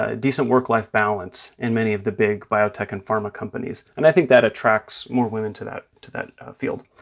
ah decent work-life balance in many of the big biotech and pharma companies. and i think that attracts more women to that to that field.